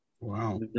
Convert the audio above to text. Wow